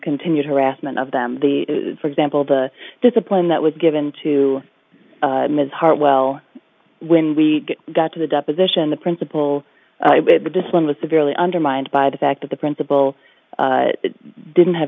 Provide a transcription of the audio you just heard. continued harassment of them the for example the discipline that was given to ms hart well when we got to the deposition the principal but this one was severely undermined by the fact that the principal didn't have